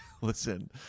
listen